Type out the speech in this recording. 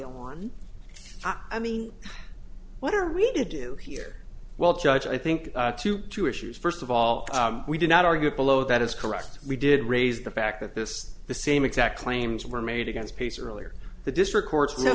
one i mean what are we to do here well judge i think to two issues first of all we did not argue below that is correct we did raise the fact that this the same exact claims were made against peace earlier the district courts no